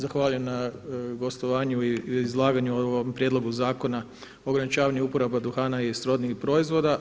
Zahvaljujem na gostovanju i izlaganju o ovom Prijedlogu zakona o ograničavanju uporabe duhana i srodnih proizvoda.